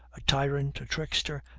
a tyrant, a trickster,